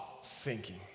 sinking